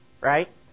right